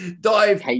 dive